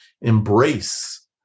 embrace